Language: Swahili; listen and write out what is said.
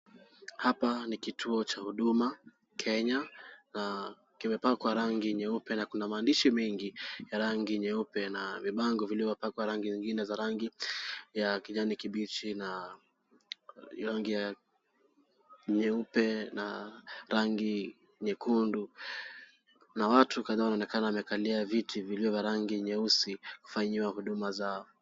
Hapa ni kituo cha Huduma Kenya na kimepakwa rangi nyeupe na kuna maandishi mengi ya rangi nyeupe na vibango vilivyopakwa rangi zingine za rangi ya kijani kibichi na rangi ya nyeupe na rangi nyekundu na watu kadhaa wanaonekana wamekalia viti viliyo na rangi nyeusi kufanyiwa huduma zao.